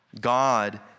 God